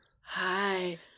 Hi